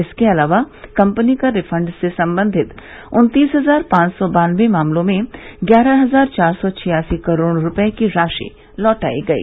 इसके अलावा कम्पनी कर रिफंड से संबंधित उन्तीस हजार पांच सौ बानबे मामलों में ग्यारह हजार चार सौ छियासी करोड़ रुपए की राशि लौटाई गई